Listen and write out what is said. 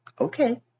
Okay